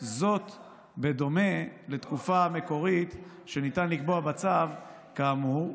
בדומה לתקופה המקורית שניתן לקבוע בצו כאמור,